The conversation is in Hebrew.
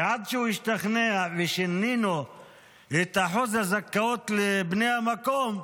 ועד שהוא השתכנע ושינינו את אחוז הזכאות לבני המקום,